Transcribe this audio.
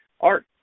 Art